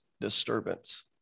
disturbance